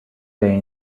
day